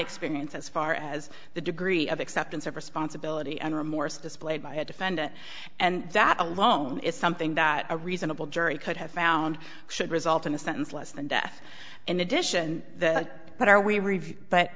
experience as far as the degree of acceptance of responsibility and remorse displayed by a defendant and that alone is something that a reasonable jury could have found should result in a sentence less than death in addition to what are we review but